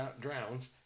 drowns